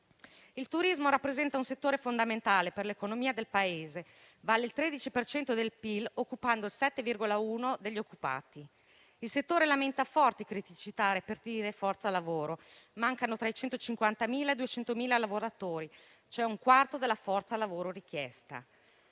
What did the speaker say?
Il turismo rappresenta un settore fondamentale per l'economia del Paese: vale il 13 per cento del PIL, occupando il 7,1 per cento degli occupati. Il settore lamenta forti criticità a reperire forza lavoro: mancano tra i 150.000 e i 200.000 lavoratori, cioè un quarto della forza lavoro richiesta.